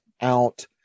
out